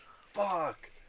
Fuck